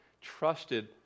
trusted